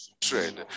trade